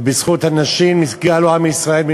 ובזכות הנשים נגאלו עם ישראל ממצרים.